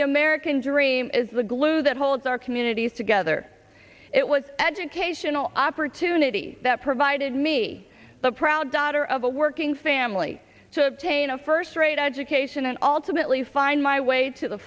the american dream is the glue that holds our communities together it was educational opportunity that provided me the proud daughter of a working family to gain a first rate education and also bentleys find my way to the